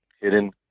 hidden